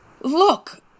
Look